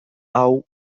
hau